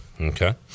okay